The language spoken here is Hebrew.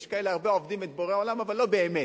יש כאלה הרבה עובדים את בורא עולם אבל לא באמת.